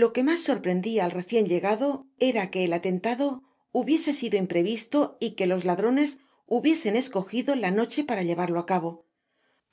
lo que mas sorprendia al recien llegado era que el atentado hubiese sido imprevisto y que los ladrones hubiesen escojidola noche para llevarlo á cabo